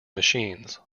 machines